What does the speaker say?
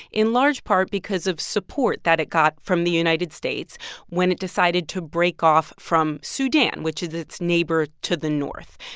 in large part, because of support that it got from the united states when it decided to break off from sudan, which is its neighbor to the north.